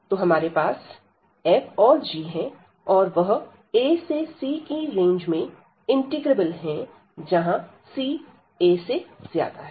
तो हमारे पास f और g हैं और वह a से c की रेंज में इंटीग्रेबल है जहां ca है